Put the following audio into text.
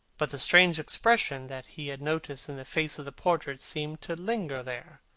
but the strange expression that he had noticed in the face of the portrait seemed to linger there,